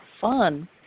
fun